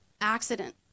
accident